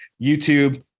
YouTube